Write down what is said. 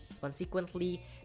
consequently